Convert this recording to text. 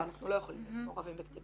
לא, אנחנו לא יכולים להיות מעורבים בכתיבה.